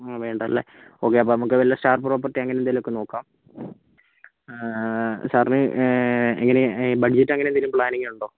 ആ വേണ്ടല്ലേ ഓക്കേ അപ്പോൾ നമ്മൾക്ക് വല്ല സ്റ്റാർ പ്രോപ്പർട്ടിയോ അങ്ങനെയെന്തെങ്കിലും നോക്കാം സാറിന് എങ്ങനെയാണ് ബഡ്ജറ്റ് അങ്ങനെയെന്തെങ്കിലും പ്ലാനിംഗ് ഉണ്ടോ